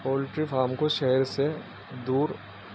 poultry farm کو شہر سے دور